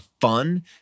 fun